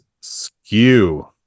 Skew